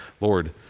Lord